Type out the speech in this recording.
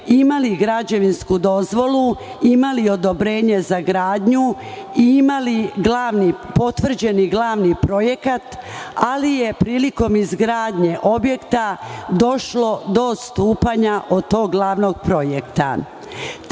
imali građevinsku dozvolu, imali odobrenje za gradnju i imali potvrđeni glavni projekat, ali je prilikom izgradnje objekta došlo do odstupanja od tog glavnog projekta. Takođe,